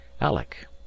alec